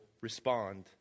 respond